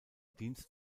dienst